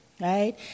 right